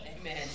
Amen